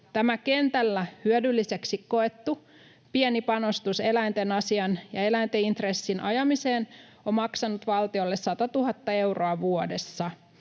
Tämä kentällä hyödylliseksi koettu pieni panostus eläinten asian ja eläinten intressin ajamiseen on maksanut valtiolle 100 000 euroa vuodessa.